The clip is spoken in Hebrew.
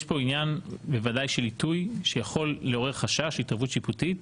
יש כאן עניין בוודאי של עיתוי שיכול לעורר חשש להתערבות שיפוטית